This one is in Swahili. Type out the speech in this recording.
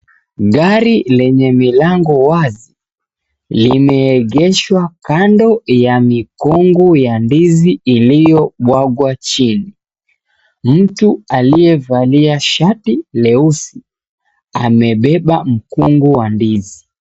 Gari lenye milango wazi limeegeshwa kando ya mikungu ya ndizi iliyobwagwa chini. Mtu aliyevalia shati leusi amebeba mkungu wa ndizi.